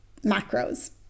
macros